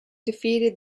defeated